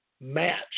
match